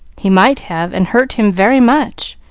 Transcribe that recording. he might have, and hurt him very much.